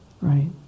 right